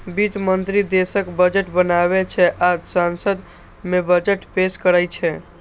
वित्त मंत्री देशक बजट बनाबै छै आ संसद मे बजट पेश करै छै